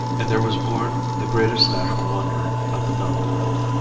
and there was born the greatest natural wonder of the known world.